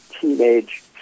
teenage